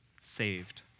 saved